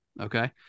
okay